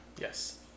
Yes